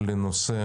בנושא